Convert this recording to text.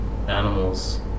Animals